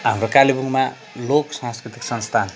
हाम्रो कालेबुङमा लोक सांस्कृतिक संस्थान